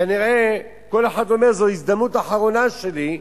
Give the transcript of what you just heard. כנראה שכל אחד אומר: זו ההזדמנות האחרונה שלי,